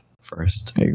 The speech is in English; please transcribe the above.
first